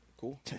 Cool